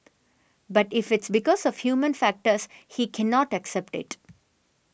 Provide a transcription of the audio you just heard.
but if it's because of human factors he cannot accept it